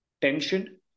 tension